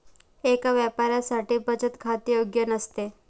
एका व्यापाऱ्यासाठी बचत खाते योग्य नसते